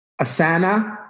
Asana